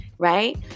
Right